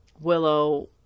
Willow